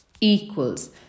equals